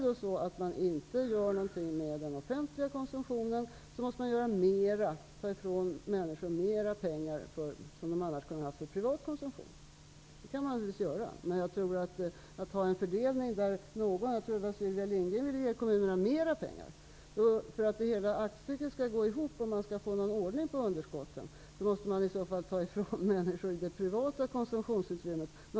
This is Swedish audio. Om man inte gör någonting med den offentliga konsumtionen måste man ta ifrån människor pengar som de annars skulle ha haft för privat konsumtion. Så kan man naturligtvis göra. Jag tror att det var Sylvia Lindgren som nämnde att man kunde ha en fördelning som innebär att kommunerna skulle få mera pengar. För att aktstycket skall gå ihop och man skall få ordning på underskotten måste man i så fall ta kolossala summor från människors privata konsumtionsutrymme.